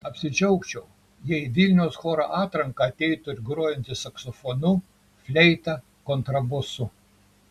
apsidžiaugčiau jei į vilniaus choro atranką ateitų ir grojantys saksofonu fleita kontrabosu